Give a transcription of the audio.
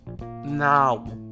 Now